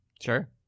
Sure